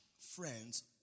friends